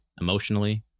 emotionally